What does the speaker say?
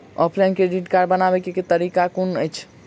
Offline credit card बनाबै केँ तरीका केँ कुन अछि?